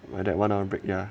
but that [one] wanna break ya